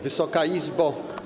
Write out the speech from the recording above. Wysoka Izbo!